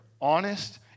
honest